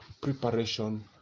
preparation